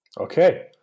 Okay